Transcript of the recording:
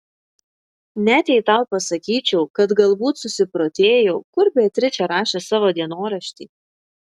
net jei tau pasakyčiau kad galbūt susiprotėjau kur beatričė rašė savo dienoraštį